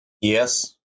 Yes